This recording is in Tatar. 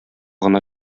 гына